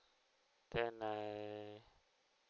then I